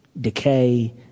decay